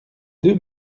deux